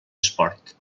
esport